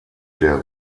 der